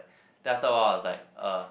then after a while I was like uh